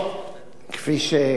כפי שאמרתי,